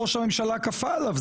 ראש הממשלה כפה עליו,